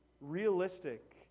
realistic